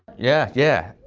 yeah. yeah.